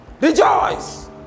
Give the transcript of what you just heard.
Rejoice